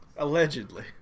Allegedly